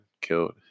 killed